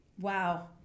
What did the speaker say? Wow